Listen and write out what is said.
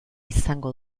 izango